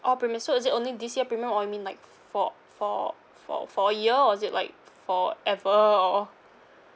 all premiums so is it only this year premium or you mean like for for for for a year or is it like forever or